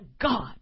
God